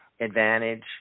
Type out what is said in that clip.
advantage